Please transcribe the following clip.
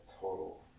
total